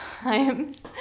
times